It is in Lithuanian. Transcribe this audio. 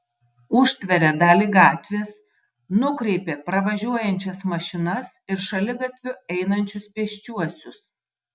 užtveria dalį gatvės nukreipia pravažiuojančias mašinas ir šaligatviu einančius pėsčiuosius